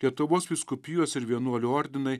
lietuvos vyskupijos ir vienuolių ordinai